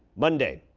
monday.